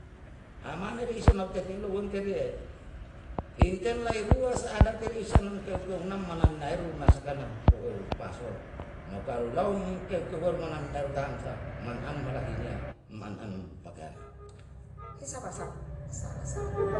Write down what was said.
Amana re isa nautetelu uwemteriye, himtei lai rua sa adati re isa nam keu keu nam manannaeru nasakana ru eu pasol, mo kalu laum keu keu weherum manannaru taam sa, man an malahiniya man an pakeyana